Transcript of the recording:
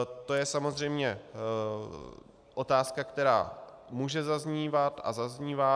To je samozřejmě otázka, která může zaznívat a zaznívá.